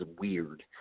weird